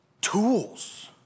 Tools